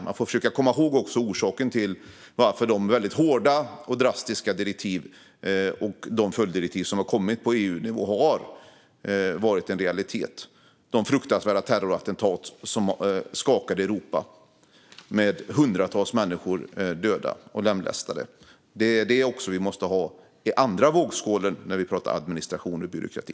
Man får försöka komma ihåg vilka orsakerna har varit till de väldigt hårda och drastiska direktiv och följddirektiv som har kommit på EU-nivå, nämligen de fruktansvärda terrorattentat som skakade Europa med hundratals döda och lemlästade människor. Det måste vi ha i den andra vågskålen när vi pratar administration och byråkrati.